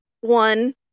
one